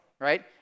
right